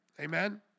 Amen